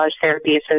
Therapy